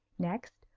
next,